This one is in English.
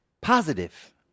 positive